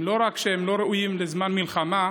שלא רק שהם לא ראויים לזמן מלחמה,